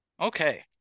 Okay